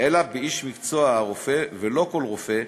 אלא באיש המקצוע, הרופא, ולא כל רופא,